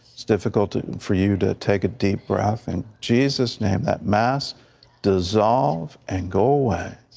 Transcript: difficult for you to take a deep breath, in jesus name, that mass dissolves, and go away.